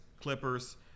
Clippers